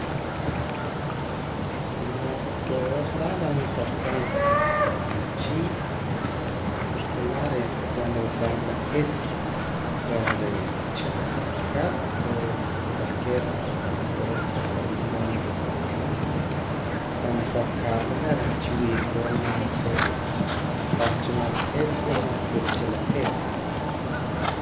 la reh najojkam sa siin chii' porque la re' reh nawesaam la ism reh re' chi akajkat o cualquiera reh acuerpo je' pa' wila mood nawesaam la reh najojkamla reh chi wi'koon más je' tah cha más ism pue más cut cha la ism.